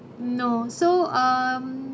no so uh